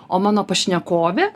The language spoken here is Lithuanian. o mano pašnekovė